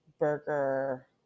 Burger